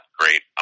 great